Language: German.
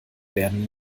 werden